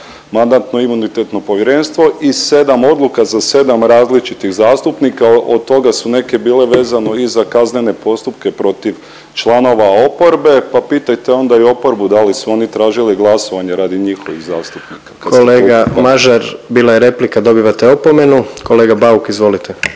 Mandatno-imunitetno povjerenstvo i 7 odluka za 7 različitih zastupnika. Od toga su neke bile vezano i za kaznene postupke protiv članova oporbe, pa pitajte onda i oporbu da li su oni tražili glasovanje radi njihovih zastupnika kad ste tu, pa. **Jandroković, Gordan (HDZ)** Kolega Mažar bila je replika, dobivate opomenu. Kolega Bauk, izvolite.